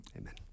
Amen